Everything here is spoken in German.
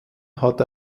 hat